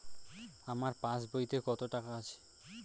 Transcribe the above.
আমার পাস বইতে কত টাকা আছে?